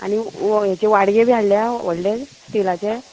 आनी हेचे वाडगे बी हाडल्या व्हडले स्टिलाचे